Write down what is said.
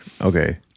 Okay